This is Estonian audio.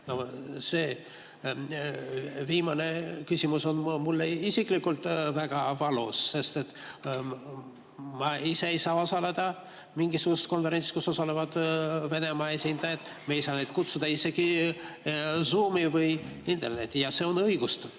See viimane küsimus on mulle isiklikult väga valus, sest ma ise ei saa osaleda mingisugusel konverentsil, kus osalevad Venemaa esindajad, me ei saa neid kutsuda isegi Zoomi või internetti. Ja see on õigustatud.